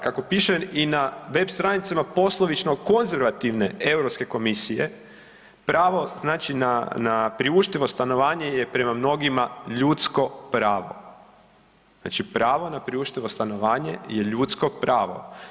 Kako piše i na web stranicama poslovično konzervativne Europske komisije pravo znači na na priuštivo stanovanje je prema mnogima ljudsko pravo, znači pravo na priuštivo stanovanje je ljusko pravo.